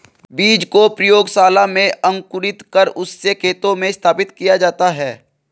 बीज को प्रयोगशाला में अंकुरित कर उससे खेतों में स्थापित किया जाता है